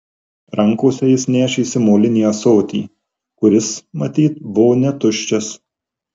rankose jis nešėsi molinį ąsotį kuris matyt buvo netuščias